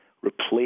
replace